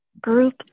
group